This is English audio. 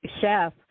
chef